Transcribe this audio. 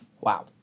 wow